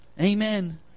Amen